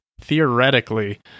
theoretically